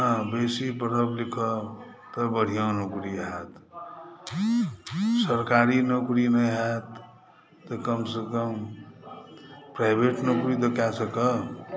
आ बेसी पढ़ब लिखब तऽ बढ़िऑं नौकरी होयत सरकारी नौकरी नहि होयत तऽ कम सँ कम प्राइवेट नौकरी तऽ कए सकब